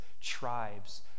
tribes